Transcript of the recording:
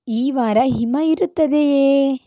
ಈ ವಾರ ಹಿಮ ಇರುತ್ತದೆಯೇ